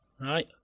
Right